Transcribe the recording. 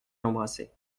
l’embrasser